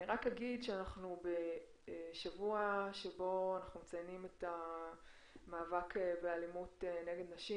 אני רק אגיד שאנחנו בשבוע בו אנחנו מציינים את המאבק באלימות נגד נשים.